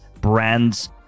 brands